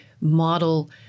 model